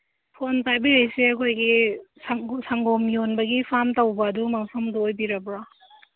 phone ꯄꯥꯏꯕꯤꯔꯛꯏꯁꯦ ꯑꯩꯈꯣꯏꯒꯤ ꯁꯪꯒꯣꯝ ꯌꯣꯟꯕꯒꯤ ꯐꯥꯝ ꯇꯧꯕ ꯑꯗꯨꯝꯕ ꯃꯐꯝꯗꯨ ꯑꯣꯏꯕꯤꯔꯕ꯭ꯔꯣ